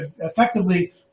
effectively